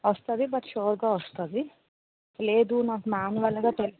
వస్తుంది బట్ షూర్గా వస్తుంది లేదు నాకు మాన్యువల్గా